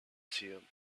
seen